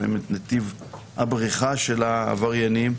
לפעמים את נתיב הבריחה של העבריינים,